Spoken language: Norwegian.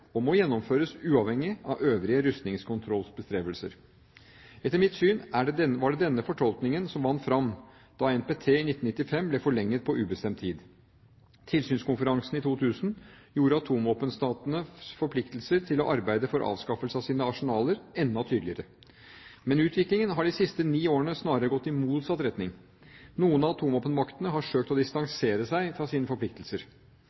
og må gjennomføres uavhengig av øvrige rustningskontrollbestrebelser. Etter mitt syn var det denne fortolkningen som vant fram da NPT i 1995 ble forlenget på ubestemt tid. Tilsynskonferansen i 2000 gjorde atomvåpenstatenes forpliktelser til å arbeide for avskaffelse av sine arsenaler enda tydeligere. Men utviklingen har de siste ni årene snarere gått i motsatt retning. Noen av atomvåpenmaktene har søkt å distansere seg fra sine forpliktelser.